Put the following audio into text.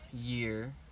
year